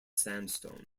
sandstone